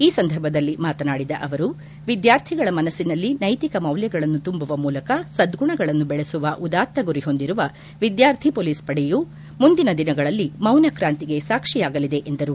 ಈ ಸಂದರ್ಭದಲ್ಲಿ ಮಾತನಾಡಿದ ಅವರು ವಿದ್ನಾರ್ಥಿಗಳ ಮನಸ್ತನಲ್ಲಿ ನೈತಿಕ ಮೌಲ್ಲಗಳನ್ನು ತುಂಬುವ ಮೂಲಕ ಸದ್ಗುಣಗಳನ್ನು ದೆಳೆಸುವ ಉದಾತ್ತ ಗುರಿ ಹೊಂದಿರುವ ವಿದ್ಯಾರ್ಥಿ ಪೊಲೀಸ್ ಪಡೆಯು ಮುಂದಿನ ದಿನಗಳಲ್ಲಿ ಮೌನ ಕ್ರಾಂತಿಗೆ ಸಾಕ್ಷಿಯಾಗಲಿದೆ ಎಂದರು